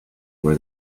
where